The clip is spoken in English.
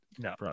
No